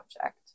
object